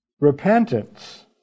Repentance